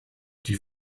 die